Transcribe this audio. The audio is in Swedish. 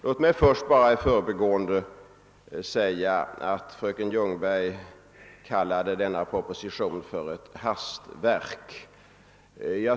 Låt mig först bara i förbigående säga att fröken Ljungberg kallade denna proposition för ett hastverk.